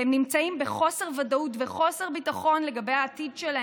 והם נמצאים בחוסר ודאות וחוסר ביטחון לגבי עתידם.